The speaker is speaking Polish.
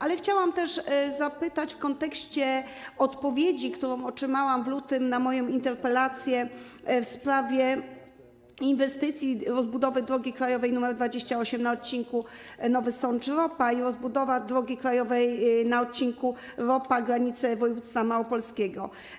Ale chciałabym też zapytać w kontekście odpowiedzi, którą otrzymałam w lutym, na moją interpelację w sprawie inwestycji, rozbudowy drogi krajowej nr 28 na odcinku Nowy Sącz - Ropa i rozbudowy drogi krajowej na odcinku Ropa - granice województwa małopolskiego.